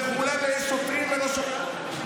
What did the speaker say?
ושוטרים ולא שוטרים,